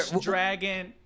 dragon